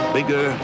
Bigger